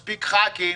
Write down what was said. מספיק חברי כנסת